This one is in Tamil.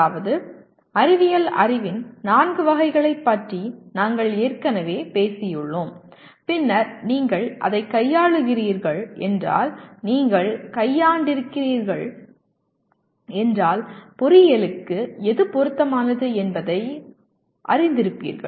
அதாவது அறிவியல் அறிவின் நான்கு வகைகளைப் பற்றி நாங்கள் ஏற்கனவே பேசியுள்ளோம் பின்னர் நீங்கள் அதைக் கையாளுகிறீர்கள் என்றால் நீங்கள் கையாண்டிருக்கிறீர்கள் என்றால் பொறியியலுக்கு எது பொருத்தமானது என்பதையும் அறிந்திருப்பீர்கள்